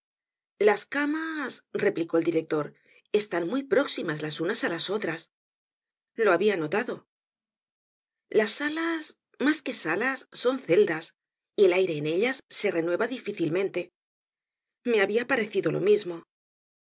las camas replicó el director están muy próximas las unas á las otras lo habia notado las salas mas que salas son celdas y el aire en ellas se renueva difícilmente me habia parecido lo mismo